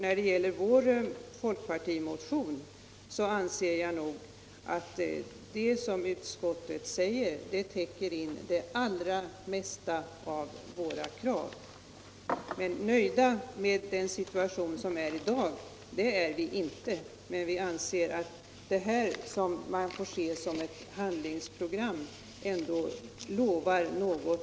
När det gäller folkpartimotionen anser jag nog att det som utskottet säger täcker in Nr 24 : det allra mesta av våra krav där. Onsdagen den ' Vi är inte nöjda med den situation som är i dag, men vi anser att 10 november 1976 det här, som man får se som ett handlingsprogram, ändå lovar något